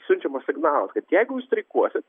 siunčiamas signalas kad jeigu jūs streikuosit